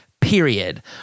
period